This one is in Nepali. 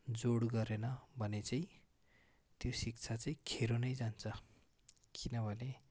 जोड गरेन भने चाहिँ त्यो शिक्षा चाहिँ खेरो नै जान्छ किनभने